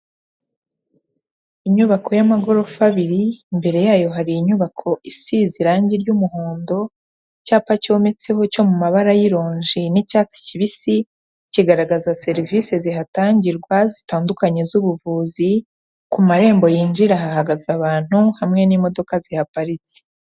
Inyubako y'amagorofa abiri, imbere yayo hari inyubako isize irangi ry'umuhondo, icyapa cyometseho cyo mu mabara y'ironji n'icyatsi kibisi, kigaragaza serivisi zihatangirwa zitandukanye z'ubuvuzi, ku marembo yinjira hahagaze abantu hamwe n'imodoka zihaparitse.